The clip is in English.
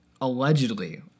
allegedly